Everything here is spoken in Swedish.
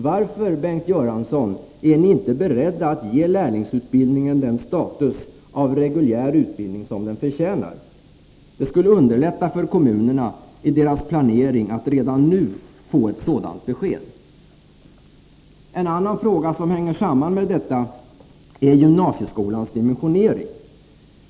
Varför, Bengt Göransson, är ni inte beredda att ge lärlingsutbildningen den status av reguljär utbildning som den förtjänar? Det skulle underlätta för kommunerna i deras planering att redan nu få ett sådant besked. En annan fråga som hänger samman med detta är gymansieskolans dimensionering.